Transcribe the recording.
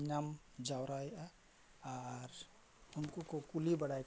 ᱧᱟᱢ ᱡᱟᱣᱨᱟᱭᱮᱜᱼᱟ ᱟᱨ ᱩᱱᱠᱩ ᱠᱚ ᱠᱩᱞᱤ ᱵᱟᱲᱟ ᱠᱟᱛᱮ